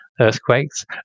earthquakes